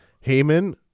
Haman